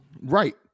Right